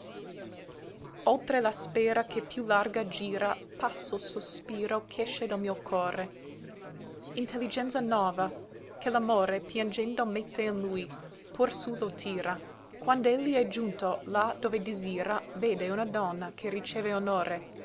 oltre la sfera che più larga gira passa l sospiro ch'esce del mio core intelligenza nova che l'amore piangendo mette in lui pur sù lo tira quand'elli è giunto là dove disira vede una donna che riceve onore